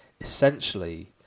essentially